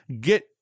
get